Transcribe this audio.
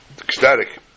Ecstatic